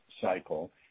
cycle